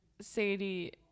Sadie